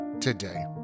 today